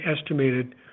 estimated